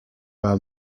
are